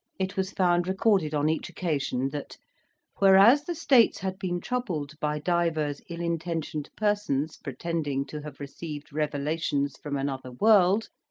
it was found recorded on each occasion that whereas the states had been troubled by divers ill-in tentioned persons pretending to hav received revelations from another world,